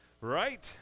Right